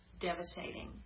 devastating